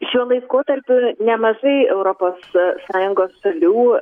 šiuo laikotarpiu nemažai europos sąjungos šalių